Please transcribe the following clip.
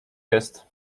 jest